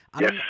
Yes